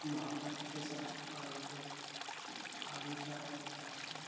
محبت گژھِ اَسہِ آسُن پانہٕ ؤنۍ بھایی چارہ گژھِ آسُن